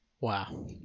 Wow